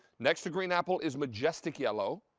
next to green apple is majestic yellow.